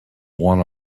one